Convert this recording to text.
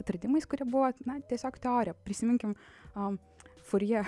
atradimais kurie buvo na tiesiog teorija prisiminkim aa furjė